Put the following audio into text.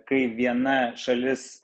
kai viena šalis